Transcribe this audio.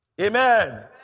Amen